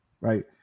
Right